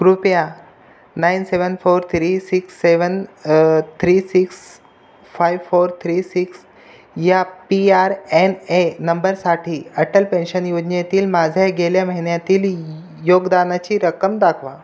कृपया nine seven four three six seven three six five four three six या P R N A नंबरसाठी Atal pension योजनेतील माझे गेल्या महिन्यातील योगदानाची रक्कम दाखवा